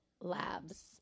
Labs